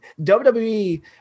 WWE